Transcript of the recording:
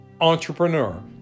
entrepreneur